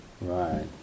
Right